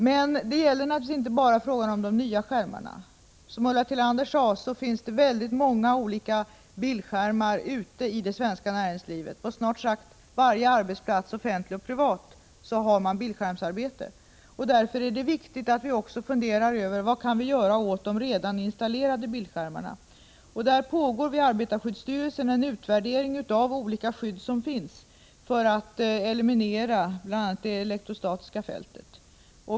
Men det gäller naturligtvis inte bara de nya skärmarna. Som Ulla Tillander sade finns det väldigt många olika bildskärmar ute i det svenska näringslivet. På snart sagt varje arbetsplats, offentlig och privat, förekommer bildskärmsarbete. Därför är det viktigt att också fundera över vad vi kan göra åt de redan installerade bildskärmarna. Vid arbetarskyddsstyrelsen pågår en utvärdering av de olika skydd som finns för att eliminera bl.a. det elektrostatiska fältet.